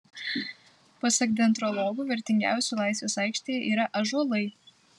pasak dendrologų vertingiausi laisvės aikštėje yra ąžuolai